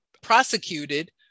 prosecuted